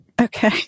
Okay